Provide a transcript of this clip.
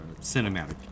cinematic